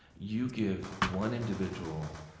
you give one individual,